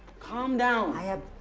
calm down. i have